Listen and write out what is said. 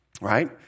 Right